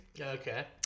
Okay